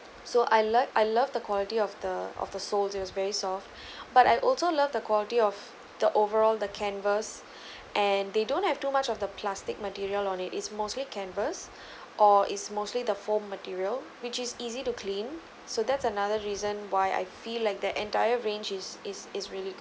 so I like I love the quality of the of the sole it was very soft but I also love the quality of the overall the canvas and they don't have too much of the plastic material on it is mostly canvas or is mostly the foam material which is easy to clean so that's another reason why I feel like the entire ranges is is is really